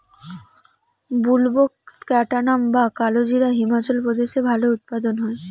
বুলবোকাস্ট্যানাম বা কালোজিরা হিমাচল প্রদেশে ভালো উৎপাদন হয়